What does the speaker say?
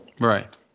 Right